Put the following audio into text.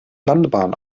landebahn